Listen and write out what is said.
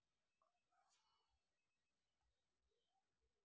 Pest మరియు pest management అంటే ఏమిటి?